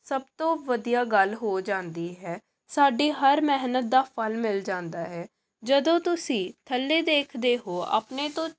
ਸਭ ਤੋਂ ਵਧੀਆ ਗੱਲ ਹੋ ਜਾਂਦੀ ਹੈ ਸਾਡੀ ਹਰ ਮਿਹਨਤ ਦਾ ਫਲ ਮਿਲ ਜਾਂਦਾ ਹੈ ਜਦੋਂ ਤੁਸੀਂ ਥੱਲੇ ਦੇਖਦੇ ਹੋ ਆਪਣੇ ਤੋਂ